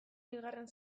bigarren